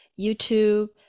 YouTube